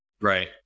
Right